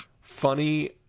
funny